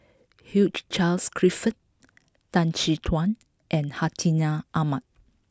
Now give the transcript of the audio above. Hugh Charles Clifford Tan Chin Tuan and Hartinah Ahmad